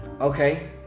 Okay